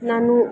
ನಾನು